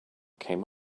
came